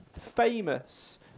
famous